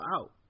out